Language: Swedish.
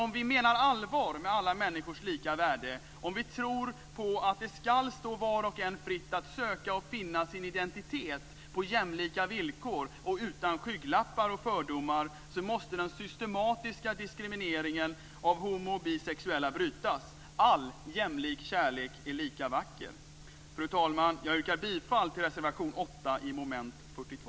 Om vi menar allvar med alla människors lika värde, om vi tror på att det ska stå var och en fritt att söka och finna sin identitet på jämlika villkor och utan skygglappar och fördomar, måste den systematiska diskrimineringen av homo och bisexuella brytas. All jämlik kärlek är lika vacker. Fru talman! Jag yrkar bifall till reservation 8 under mom. 42.